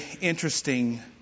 interesting